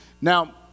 Now